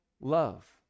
love